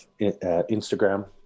Instagram